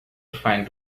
find